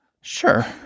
Sure